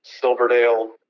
Silverdale